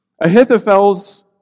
Ahithophel's